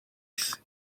isi